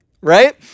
Right